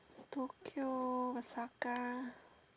Tokyo Osaka